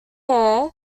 hare